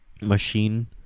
machine